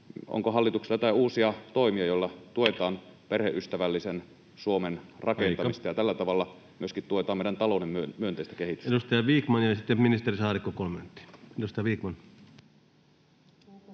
onko hallituksella joitain uusia toimia, joilla tuetaan perheystävällisen Suomen rakentamista [Puhemies: Aika!] ja tällä tavalla myöskin tuetaan meidän talouden myönteistä kehitystä. Edustaja Vikman ja sitten ministeri Saarikko, 3 minuuttia. — Edustaja Vikman.